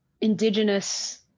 indigenous